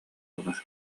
ылар